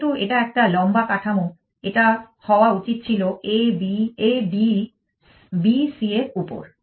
যেহেতু এটা একটা লম্বা কাঠামো এটা হওয়া উচিত ছিল A D B C এর উপর